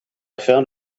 found